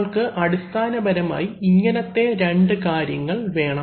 നമ്മൾക്ക് അടിസ്ഥാനപരമായി ഇങ്ങനത്തെ രണ്ടു കാര്യങ്ങൾ വേണം